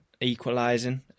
equalising